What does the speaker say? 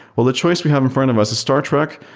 well, the choice we have in front of us is star trek,